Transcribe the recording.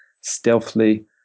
stealthily